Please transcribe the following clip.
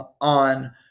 on